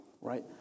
right